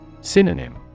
Synonym